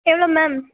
எவ்வளோ மேம்